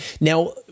Now